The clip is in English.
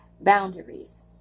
boundaries